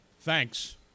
thanks